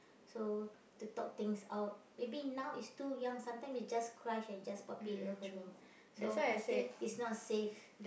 so to talk things out maybe now it's too young sometime is just crush and just puppy love only so I think it's not safe